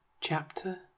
Chapter